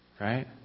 right